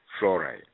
fluoride